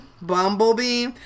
Bumblebee